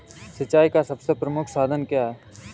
सिंचाई का सबसे प्रमुख साधन क्या है?